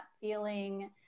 feeling